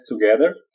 together